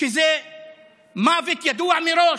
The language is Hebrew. שזה מוות ידוע מראש.